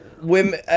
Women